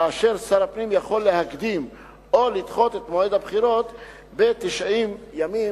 כאשר שר הפנים יכול להקדים או לדחות את המועד האמור ב-90 ימים,